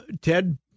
Ted